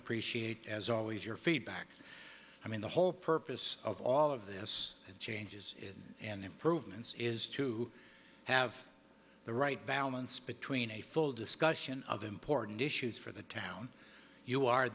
appreciate as always your feedback i mean the whole purpose of all of this changes and improvements is to have the right balance between a full discussion of important issues for the town you are